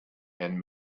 and